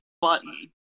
button